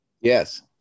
Yes